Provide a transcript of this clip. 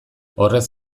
horrez